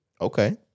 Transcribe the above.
Okay